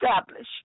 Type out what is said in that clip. establish